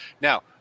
Now